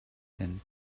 than